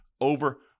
over